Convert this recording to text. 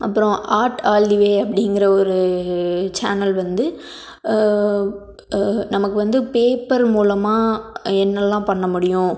அப்புறம் art all the way அப்படிங்கிற ஒரு சேனல் வந்து நமக்கு வந்து பேப்பர் மூலமாக என்னெல்லாம் பண்ண முடியும்